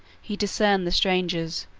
he discerned the strangers,